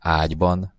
ágyban